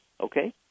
okay